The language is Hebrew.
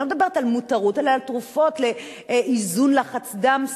אני לא מדברת על מותרות אלא על תרופות לאיזון לחץ דם,